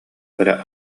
кыра